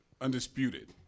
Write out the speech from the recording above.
Undisputed